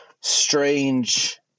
strange